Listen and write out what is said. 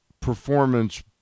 performance